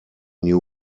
new